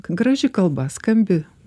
graži kalba skambi